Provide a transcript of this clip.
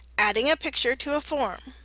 adding a picture to a form.